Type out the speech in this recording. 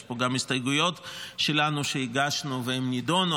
יש פה גם הסתייגויות שלנו שהגשנו והן נדונו.